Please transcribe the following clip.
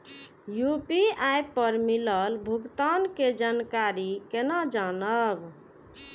UPI पर मिलल भुगतान के जानकारी केना जानब?